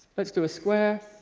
let's do a square